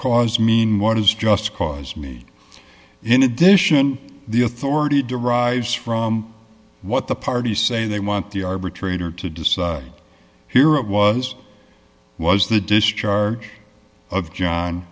cause mean what is just cause me in addition the authority derives from what the parties say they want the arbitrator to decide here it was was the discharge of john